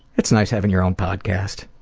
it's nice having your own podcast,